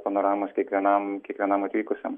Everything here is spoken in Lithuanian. panoramas kiekvienam kiekvienam atvykusiam